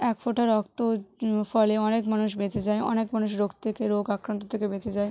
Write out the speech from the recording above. এক ফোঁটা রক্ত ফলে অনেক মানুষ বেঁচে যায় অনেক মানুষ রোগ থেকে রোগ আক্রান্ত থেকে বেঁচে যায়